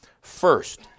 First